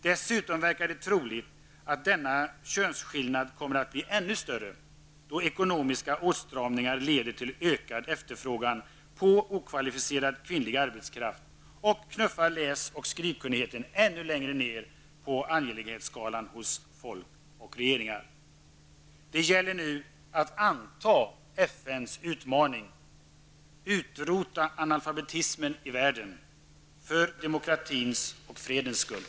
Dessutom verkar det troligt att denna könsskillnad kommer att bli ännu större, då ekonomiska åtstramningar leder till ökad efterfrågan på okvalificerad kvinnlig arbetskraft och knuffar läs och skrivkunnigheten ännu längre ned på angelägenhetsskalan hos folk och regeringar. Det gäller nu att anta FNs utmaning -- utrota analfabetismen i världen, för demokratins och fredens skull.